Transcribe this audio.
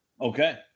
Okay